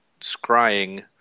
scrying